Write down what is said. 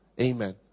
Amen